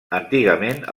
antigament